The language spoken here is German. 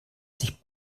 sich